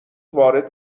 وارد